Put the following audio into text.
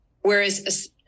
Whereas